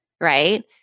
right